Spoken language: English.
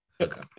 Okay